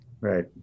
Right